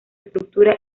estructura